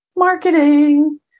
marketing